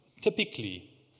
typically